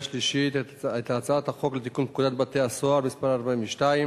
שלישית את הצעת החוק לתיקון פקודת בתי-הסוהר (מס' 42),